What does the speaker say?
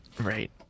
Right